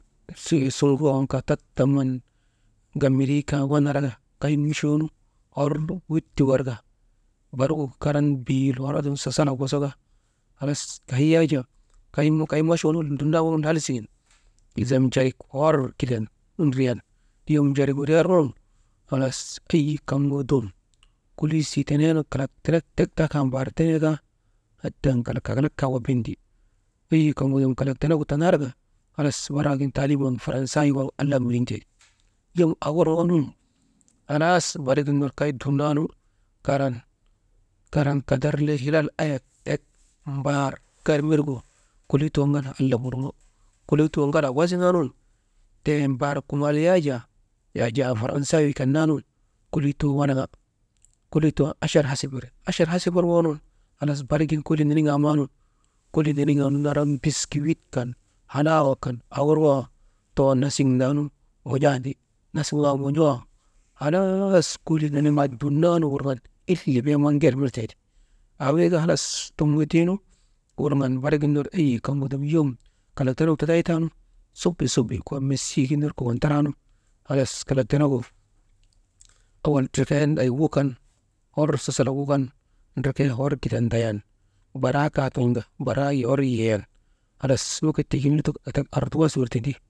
Sir sun ruwan kaa tattaman, gambarii kaa wannaraka kaŋnu muchoo nu hor wittiwar ka, barigu karan biil hor adil suŋ sasalak wosoka, halas kay yak jaa, kay machuunu dumnan lal siŋen, lizam jarik hor kidiyan ndriyan yom jarik windriyarnun halas eyi kaŋgu dum koliisii teneenu kalak tenek tek taa kaa, mbaar taa kaa, hadawaŋ kalak kakalak kaa wabayindi eyyi kaŋgu dum kalak tenegu tanar ka, halas barik waagin taalim waŋgu faransaawii waŋgu alam wiriŋ te, yom aaworŋoo nun halaas barigin ner kay dumnaanu karan, karan kadar le hilal eyek tek, mbaar ger wirgu kolii too ŋalaa allam wurŋo, kolii too ŋalaa wasiŋaanun ten mbaar kuŋaal yak jaa, yak jaa faransaawii kan naanun kolii too wanaŋa, kolii too achara hasip wiri, achara hasip worŋoonun halas barik tiigin kolii niniŋaa maanun, kolii niniŋaanu naran biskiwit kan, halaawaa kan aaworŋoo waŋ too nasiŋndaa nu won̰aandi, nasiŋaanu won̰oo waŋ halaas kolii niniŋaa nu dumnannu wurŋan ile bee ger mirtee ti, aa wir ka halas tunuŋgutuu nu wurŋan barigin ner eyin kaŋgu dum yom kalak tataytaanu, subi, subi mesik gin ner kokon taraa taanu, halas kalak tenegu owol ndrekee day wukan hor sasalak wukan, ndrekee hor kidiyan ndayan baraa katon̰da baraa hor yiyan halas wekit tiigin wekit arduwas wir tindi.